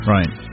Right